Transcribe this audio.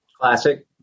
Classic